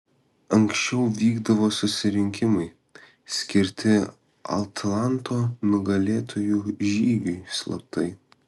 anksčiau vykdavo susirinkimai skirti atlanto nugalėtojų žygiui slaptai